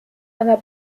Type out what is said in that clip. einer